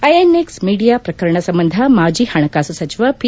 INX media ಪ್ರಕರನ ಸಂಬಂಧ ಮಾಜಿ ಹಣಕಾಸು ಸಚಿವ ಪಿ